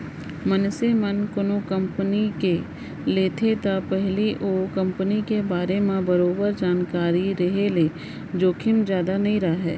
मनसे मन कोनो कंपनी के लेथे त पहिली ओ कंपनी के बारे म बरोबर जानकारी रेहे ले जोखिम जादा नइ राहय